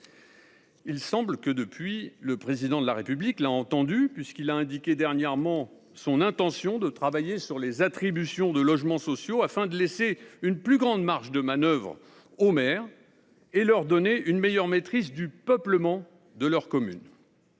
Il semble que, depuis, le Président de la République l’ait entendu, puisqu’il a indiqué dernièrement son intention de travailler sur la question de l’attribution des logements sociaux afin de laisser une plus grande marge de manœuvre aux maires et de leur donner une meilleure maîtrise du peuplement de leur commune.